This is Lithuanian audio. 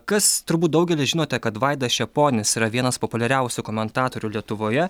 kas turbūt daugelis žinote kad vaidas čeponis yra vienas populiariausių komentatorių lietuvoje